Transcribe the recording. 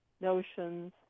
notions